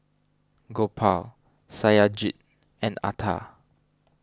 Gopal Satyajit and Atal